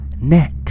neck